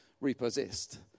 repossessed